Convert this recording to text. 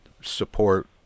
support